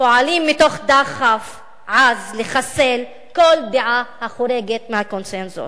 פועלים מתוך דחף עז לחסל כל דעה החורגת מהקונסנזוס.